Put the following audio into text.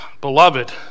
Beloved